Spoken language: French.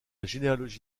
généalogie